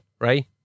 right